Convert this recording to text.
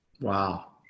Wow